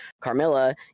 Carmilla